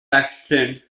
saxon